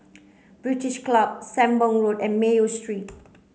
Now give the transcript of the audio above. British Club Sembong Road and Mayo Street